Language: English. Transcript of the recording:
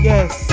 Yes